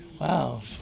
Wow